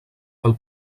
pel